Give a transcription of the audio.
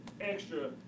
extra